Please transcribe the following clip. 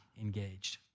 engaged